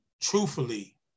truthfully